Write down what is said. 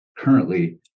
currently